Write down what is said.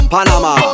Panama